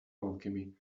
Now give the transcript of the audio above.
alchemy